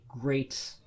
great